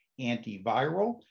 antiviral